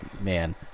man